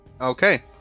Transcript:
Okay